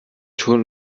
schon